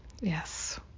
Yes